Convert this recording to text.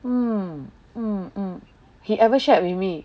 mm mm mm he ever shared with me